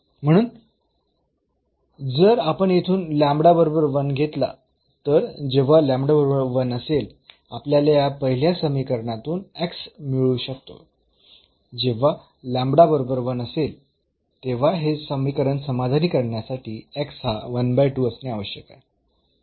म्हणून जर आपण येथून बरोबर 1 घेतला तर जेव्हा बरोबर 1 असेल आपल्याला या पहिल्या समीकरणापासून मिळू शकतो जेव्हा बरोबर 1 असेल तेव्हा हे समीकरण समाधानी करण्यासाठी हा असणे आवश्यक आहे